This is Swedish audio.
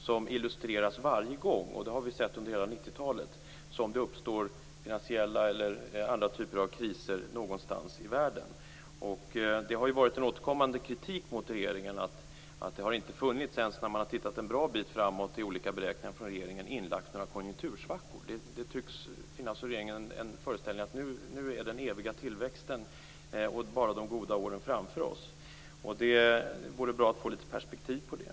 Detta illustreras varje gång - det har vi sett under hela 90-talet - som det uppstår finansiella eller andra typer av kriser någonstans i världen. Det har ju varit en återkommande kritik mot regeringen för att det inte har funnits några konjunktursvackor inlagda ens när man har tittat en bra bit framåt i olika beräkningar från regeringen. Regeringen tycks ha föreställningen att vi nu har den eviga tillväxten och bara de goda åren framför oss. Det vore bra att få litet perspektiv på det.